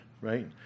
right